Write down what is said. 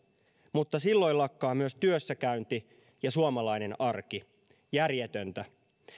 mutta silloin lakkaa myös työssäkäynti ja suomalainen arki järjetöntä